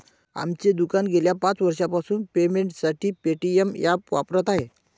आमचे दुकान गेल्या पाच वर्षांपासून पेमेंटसाठी पेटीएम ॲप वापरत आहे